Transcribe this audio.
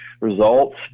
results